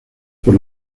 por